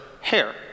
hair